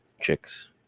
chicks